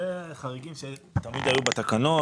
אלה חריגים שתמיד היו בתקנות.